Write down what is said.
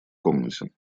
комнате